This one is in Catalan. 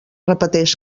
repeteix